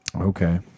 Okay